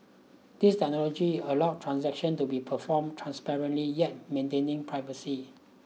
this technology allows transactions to be performed transparently yet maintaining privacy